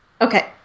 Okay